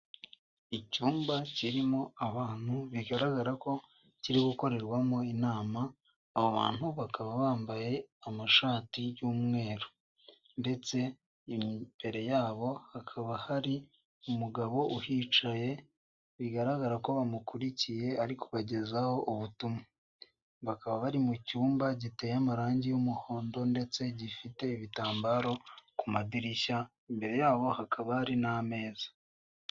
Icyumba cy'inama kirimo abagore batatu n'abagabo babiri bambaye amashati y'umweru. Abagore bicaye ku murongo wabo bateganye n'abagabo. Imbere yabo hari umugabo bateze amatwi, bisa n'aho ari we uyoboye inama.